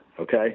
Okay